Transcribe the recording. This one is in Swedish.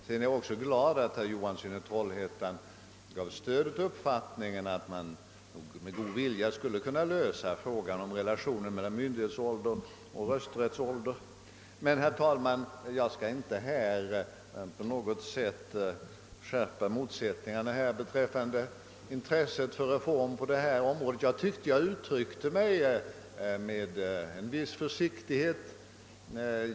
Jag är glad över att herr Johansson gav stöd åt den uppfattningen, att man med god vilja borde kunna lösa frågan om relationen mellan myndighetsålder och rösträttsålder. Men, herr talman, jag skall nu inte skärpa motsättningarna beträffande intresset för en reform på detta område. Jag tycker att jag uttryckte mig med en viss försiktighet.